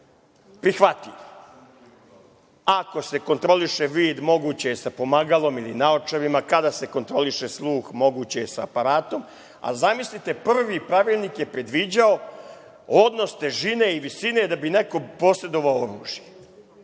prihvatljiv ako se kontroliše vid moguće je sa pomagalom ili naočarima kada se kontroliše sluh moguće je sa aparatom, a zamislite prvi pravilnik je predviđao odnos težine i visine da bi neko posedovao oružje